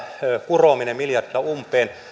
kurominen miljardilla umpeen